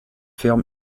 ferme